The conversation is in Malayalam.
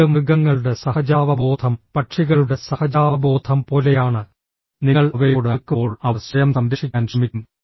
ഇത് മൃഗങ്ങളുടെ സഹജാവബോധം പക്ഷികളുടെ സഹജാവബോധം പോലെയാണ് നിങ്ങൾ അവയോട് അടുക്കുമ്പോൾ അവർ സ്വയം സംരക്ഷിക്കാൻ ശ്രമിക്കും